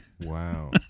Wow